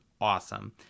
awesome